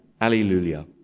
Alleluia